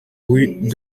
rues